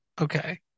okay